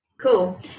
Cool